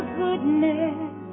goodness